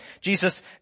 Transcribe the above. Jesus